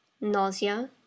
Nausea